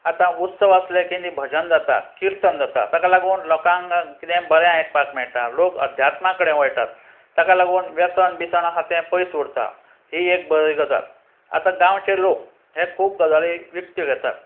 आतां उत्सव आसले की तीं भजन जातात कीर्तन जाता ताका लागून लोकांक कितें बरें आयकपाक मेयटा लोक अध्यात्मा कडेन वयटात ताका लागून वेसन बिसन आसा तें पयस उरतां ही एक बरी गजाल आतां गांवचे लोक हे खूब गजाली विकत्यो घेतात